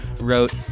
wrote